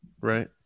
right